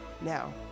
Now